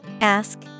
Ask